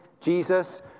Jesus